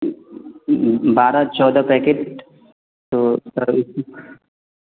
बारह चौदा पैकेट तो सर इसी